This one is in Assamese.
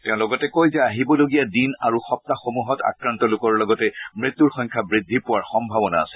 তেওঁ লগতে কয় যে আহিবলগীয়া দিন আৰু সপ্তাহসমূহত আক্ৰান্ত লোকৰ লগতে মৃত্যুৰ সংখ্যা বৃদ্ধি পোৱাৰ সম্ভাৱনা আছে